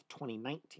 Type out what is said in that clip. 2019